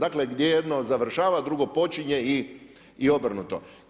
Dakle, gdje jedno završava, drugo počinje i obrnuto.